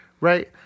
right